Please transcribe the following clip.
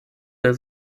der